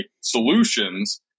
solutions